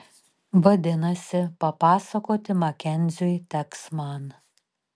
vadinasi papasakoti makenziui teks man